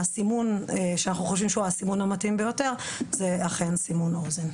הסימון שאנחנו חושבים שהוא המתאים ביותר הוא אכן סימון אוזן.